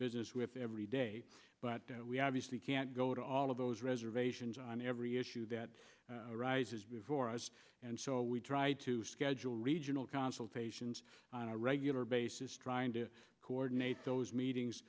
business with every day but obviously can't go to all of those reservations on every issue that arises before us and so we try to schedule regional consultations on a regular basis trying to coordinate those meetings